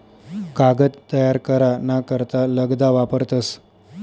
कागद तयार करा ना करता लगदा वापरतस